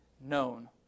known